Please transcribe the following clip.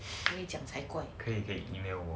可以讲才怪